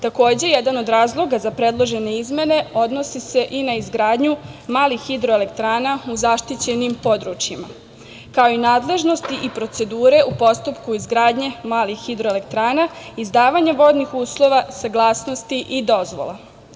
Takođe, jedan od razloga za predložene izmene, odnose se i na izgradnju malih hidroelektrana u zaštićenim područjima, kao i nadležnosti i procedure u postupku izgradnje malih hidro elektrana, izdavanja vodnih uslova, saglasnosti i dozvola.